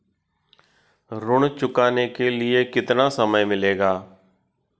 ऋण चुकाने के लिए कितना समय मिलेगा?